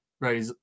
right